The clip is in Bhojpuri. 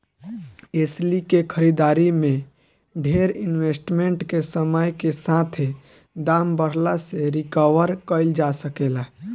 एस्ली के खरीदारी में डेर इन्वेस्टमेंट के समय के साथे दाम बढ़ला से रिकवर कईल जा सके ला